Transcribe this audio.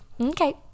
okay